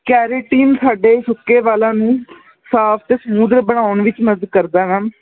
keratin ਸਾਡੇ ਸੁੱਕੇ ਵਾਲਾਂ ਨੂੰ ਸਾਫ਼ ਅਤੇ ਸਮੂਦ ਬਣਾਉਣ ਵਿੱਚ ਮਦਦ ਕਰਦਾ ਮੈਮ